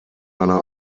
eine